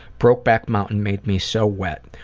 brokeback mountain made me so wet.